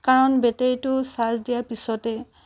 কাৰণ বেটেৰিটো চাৰ্জ দিয়াৰ পিছতে